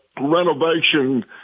renovation